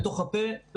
לא